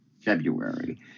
February